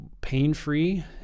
pain-free